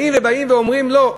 באים, ואומרים: לא.